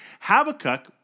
Habakkuk